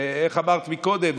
איך את אמרת קודם?